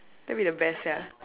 that would be the best sia